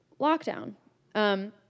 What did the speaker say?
lockdown